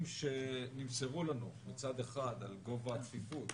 אני חושב שבנתונים שנמסרו לנו מצד אחד על גובה הצפיפות